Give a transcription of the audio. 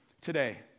today